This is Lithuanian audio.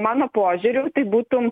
mano požiūriu tai būtų